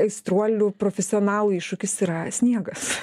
aistruolių profesionalų iššūkis yra sniegas